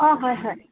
অ হয় হয়